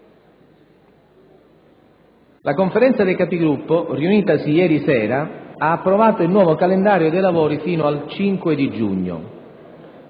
La Conferenza dei Capigruppo, riunitasi ieri sera, ha approvato il nuovo calendario dei lavori fino al 5 giugno.